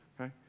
okay